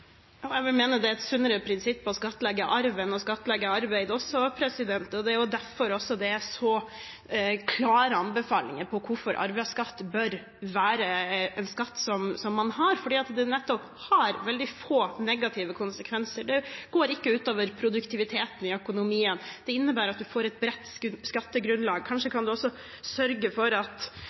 Jeg vil mene det er et sunnere prinsipp å skattlegge arv enn å skattlegge arbeid også. Det er derfor det også er så klare anbefalinger på hvorfor man bør ha arveskatt, for den har nettopp veldig få negative konsekvenser. Det går ikke ut over produktiviteten i økonomien. Det innebærer at vi får et bredt skattegrunnlag. Kanskje kan det også sørge for at